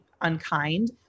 unkind